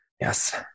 yes